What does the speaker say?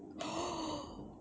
oh